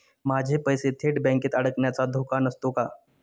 माझे पैसे थेट बँकेत अडकण्याचा धोका नसतो का?